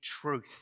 truth